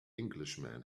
englishman